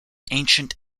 ancient